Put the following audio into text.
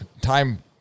time